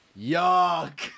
Yuck